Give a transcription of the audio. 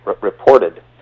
reported